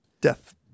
death